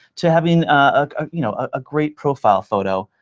to having a you know ah great profile photo,